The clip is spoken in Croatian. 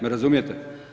Ne razumijete?